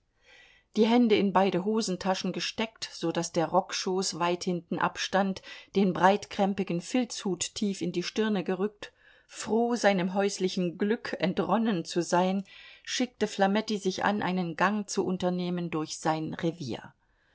die hände in beide hosentaschen gesteckt so daß der rockschoß weit hinten abstand den breitkrämpigen filzhut tief in die stirne gerückt froh seinem häuslichen glück entronnen zu sein schickte flametti sich an einen gang zu unternehmen durch sein revier